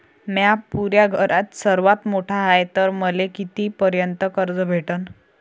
म्या पुऱ्या घरात सर्वांत मोठा हाय तर मले किती पर्यंत कर्ज भेटन?